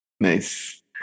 nice